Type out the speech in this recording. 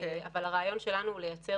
אבל הרעיון שלנו הוא ליצור